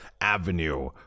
avenue